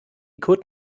could